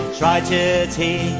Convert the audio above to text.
tragedy